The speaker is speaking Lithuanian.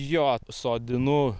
jo sodinu